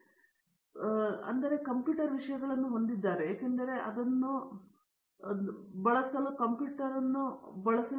ವಿಶ್ವನಾಥನ್ ಕೇವಲ ವಿಷಯವೆಂದರೆ ಇಂದು ಕಂಪ್ಯೂಟರ್ ವಿಷಯಗಳನ್ನು ಹೊಂದಿದೆ ಏಕೆಂದರೆ ಅವರು ಅದನ್ನು ನುಡಿಸಲು ಬಳಸುತ್ತಿರುವ ಬದಲು ಕಲಿಯಲು ಕಂಪ್ಯೂಟರ್ ಅನ್ನು ಬಳಸಬಹುದು